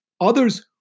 Others